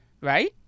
Right